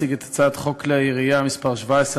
הצעת חוק כלי הירייה (תיקון מס' 17),